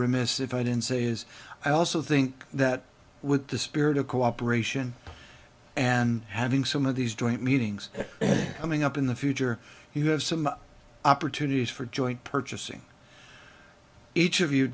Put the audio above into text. remiss if i didn't say is i also think that with the spirit of cooperation and having some of these joint meetings coming up in the future you have some opportunities for joint purchasing each of you